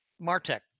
martech